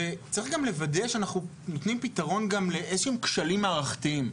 וצריך גם לוודא שאנחנו נותנים פתרון גם לאיזשהם כשלים מערכתיים.